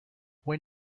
when